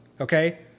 Okay